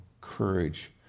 courage